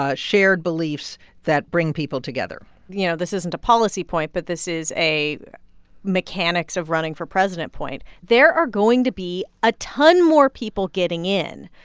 ah shared beliefs that bring people together you know, this isn't a policy point, but this is a mechanics of running for president point. there are going to be a ton more people getting in.